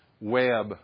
web